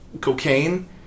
cocaine